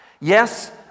Yes